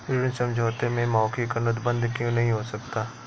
ऋण समझौते में मौखिक अनुबंध क्यों नहीं हो सकता?